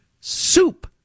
soup